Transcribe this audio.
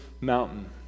mountain